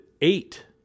eight